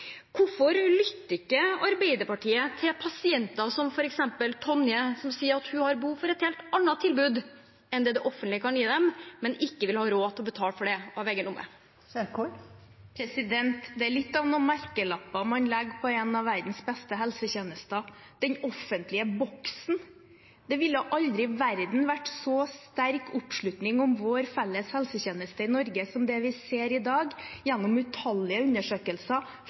sier at hun har behov for et helt annet tilbud enn det det offentlige kan gi, men ikke vil ha råd til å betale for det av egen lomme? Det er litt av noen merkelapper man legger på en av verdens beste helsetjenester – «den offentlige boksen»! Det ville aldri i verden vært så sterk oppslutning om vår felles helsetjeneste i Norge som det vi ser i dag gjennom utallige undersøkelser